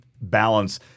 balance